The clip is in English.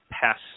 pass